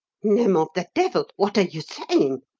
name of the devil! what are you saying?